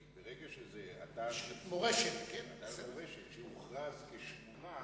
כי ברגע שזה אתר מורשת שהוכרז כשמורה,